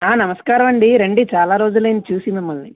ఆ నమస్కారమండి రండి చాలా రోజులయ్యింది చూసి మిమ్మల్ని